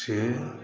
से